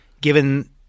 given